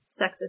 Sexist